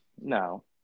no